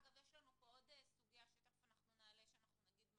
יש עוד סוגיה שהגענו בה לפשרה ותכף נציג,